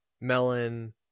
Melon